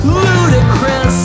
ludicrous